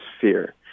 fear